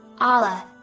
Allah